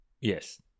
Yes